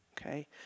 okay